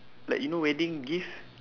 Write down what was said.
like you know wedding gift